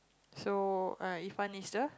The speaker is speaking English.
so uh Ifan is the